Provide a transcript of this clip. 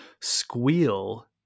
squeal